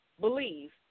believe